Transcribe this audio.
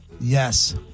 Yes